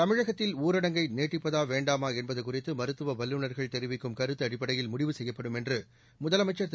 தமிழகத்தில் ஊரடங்கை நீட்டிப்பதா வேண்டாமா என்பது குறித்து மருத்துவ வல்லுநர்கள் தெரிவிக்கும் கருத்து அடிப்படையில் முடிவு செய்யப்படும் என்று முதலமைச்சர் திரு